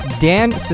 Dan